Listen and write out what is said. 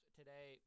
today